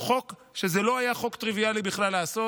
חוק שלא היה טריוויאלי לעשות בכלל.